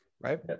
right